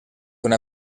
una